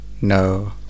No